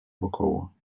wokoło